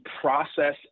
process